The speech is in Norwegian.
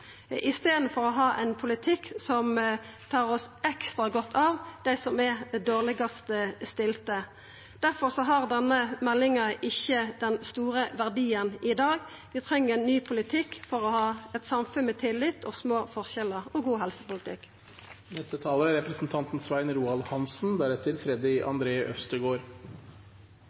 i staden for å ha ein politikk der vi tar oss ekstra godt av dei dårlegast stilte. Difor har denne meldinga ikkje den store verdien i dag. Vi treng ein ny politikk for å ha eit samfunn med tillit, små forskjellar og god helsepolitikk. Etter innstillingen og debatten å dømme er